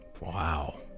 Wow